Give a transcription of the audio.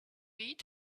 weed